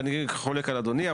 אני חולק על אדוני,